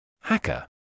Hacker